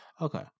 Okay